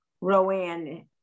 Rowan